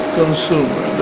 consumer